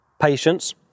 patience